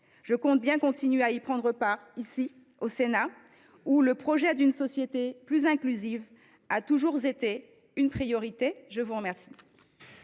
je compte bien continuer à y prendre ma part, ici, au Sénat, où le projet d’une société plus inclusive a toujours été une priorité. La discussion